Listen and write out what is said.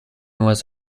was